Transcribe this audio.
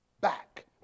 back